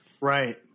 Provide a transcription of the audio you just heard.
Right